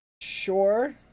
sure